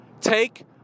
Take